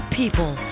people